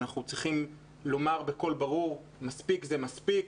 ואנחנו צריכים לומר בקול ברור: מספיק זה מספיק.